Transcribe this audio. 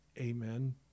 amen